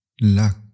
luck